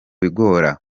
bigora